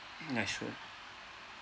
ya sure